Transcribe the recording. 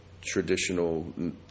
traditional